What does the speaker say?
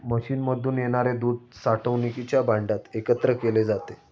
मशीनमधून येणारे दूध साठवणुकीच्या भांड्यात एकत्र केले जाते